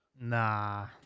Nah